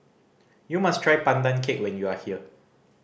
you must try Pandan Cake when you are here